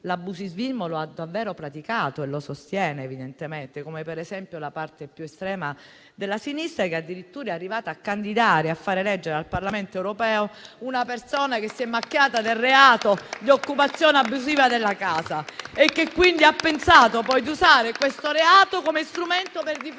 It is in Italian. l'abusivismo lo ha davvero praticato e lo sostiene evidentemente, come per esempio la parte più estrema della sinistra, che addirittura è arrivata a candidare e a far eleggere al Parlamento europeo una persona che si è macchiata del reato di occupazione abusiva della casa e che quindi ha pensato di usare questo reato come strumento per difendere